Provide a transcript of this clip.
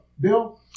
Bill